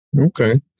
Okay